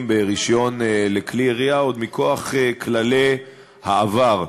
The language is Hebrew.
ברישיון לכלי ירייה עוד מכוח כללי העבר.